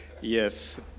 Yes